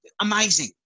Amazing